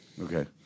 Okay